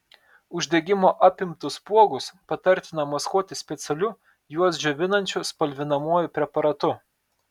uždegimo apimtus spuogus patartina maskuoti specialiu juos džiovinančiu spalvinamuoju preparatu